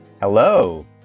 Hello